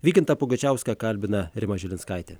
vykintą pugačiauską kalbina rima žilinskaitė